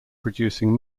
producing